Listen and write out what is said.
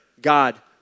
God